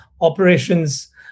operations